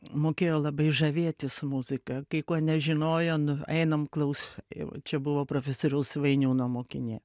mokėjo labai žavėtis muzika kai ko nežinojo nu einam klaus jau čia buvo profesoriaus vainiūno mokinė